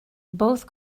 both